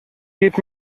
geht